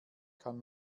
kann